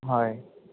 হয়